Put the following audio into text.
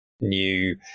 new